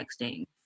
texting